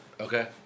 Okay